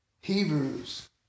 Hebrews